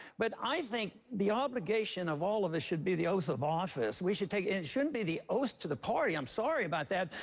but i think the obligation of all of us should be the oath of office. we should take and it shouldn't be the oath to the party. i'm sorry about that,